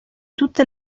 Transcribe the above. tutte